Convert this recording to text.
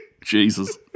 Jesus